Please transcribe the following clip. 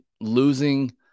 losing